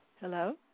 Hello